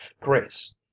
Grace